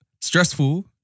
Stressful